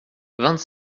vingt